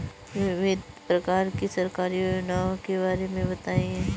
विभिन्न प्रकार की सरकारी योजनाओं के बारे में बताइए?